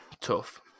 Tough